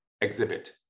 exhibit